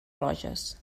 roges